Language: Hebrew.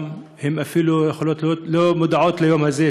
יכול להיות שאפילו לא מודעות ליום הזה,